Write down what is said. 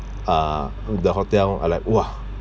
uh the hotel I like !wah!